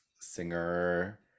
singer